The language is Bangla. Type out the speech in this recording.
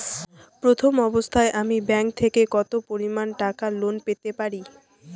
প্রথম অবস্থায় আমি ব্যাংক থেকে কত পরিমান টাকা লোন পেতে পারি?